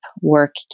work